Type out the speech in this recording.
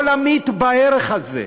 לא להמעיט בערך של זה.